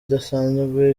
idasanzwe